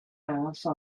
agafa